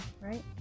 right